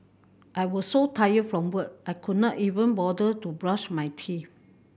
I was so tired from work I could not even bother to brush my teeth